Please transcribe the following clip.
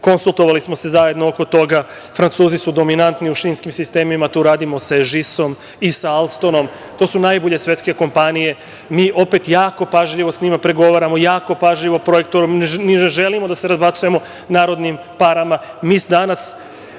Konsultovali smo se zajedno oko toga. Francuzi su dominantni u šinskim sistemima. Tu radimo sa „Ežisom“ i sa „Alstonom“. To su najbolje svetske kompanije. Mi opet jako pažljivo sa njima pregovaramo, jako pažljivo projektujemo. Ne želimo da se razbacujemo narodnim parama. Mi danas